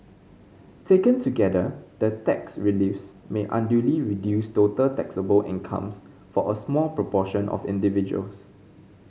taken together the tax reliefs may unduly reduce total taxable incomes for a small proportion of individuals